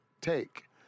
take